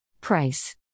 Price